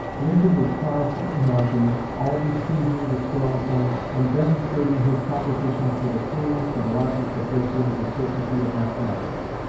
lincoln was powerful in argument, always seizing the strong points, and demonstrating his propositions with a clearness and logic approaching the certainty of mathematics.